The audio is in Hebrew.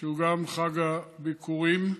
שהוא גם חג הביכורים.